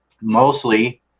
mostly